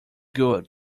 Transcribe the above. good